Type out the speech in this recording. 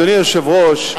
אדוני היושב-ראש,